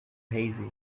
hazy